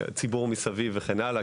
הציבור מסביב וכן הלאה.